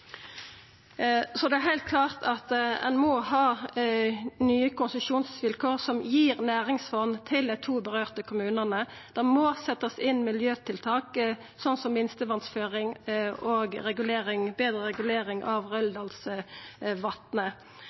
Så det er heilt klart at ein må ha nye konsesjonsvilkår som gir næringsfond til dei to kommunane det gjeld. Det må setjast inn miljøtiltak, som minstevassføring og betre regulering av Røldalsvatnet.